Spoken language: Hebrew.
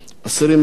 מהצפון,